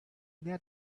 get